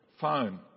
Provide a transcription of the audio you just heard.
phone